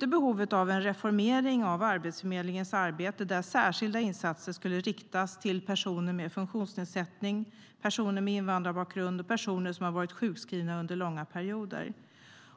fram behovet av en reformering av Arbetsförmedlingens arbete, där särskilda insatser skulle riktas till personer med funktionsnedsättning, personer med invandrarbakgrund och personer som har varit sjukskrivna under långa perioder.